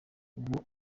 ubu